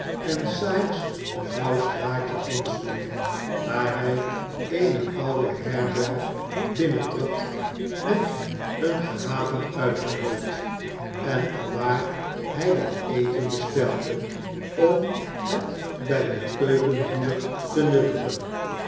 en sikes een nauw straatje insloeg waar hij eene oude herberg binnentrad met een gehavend uithangbord en alwaar hij wat eten bestelde om het bij het keukenvuur te nuttigen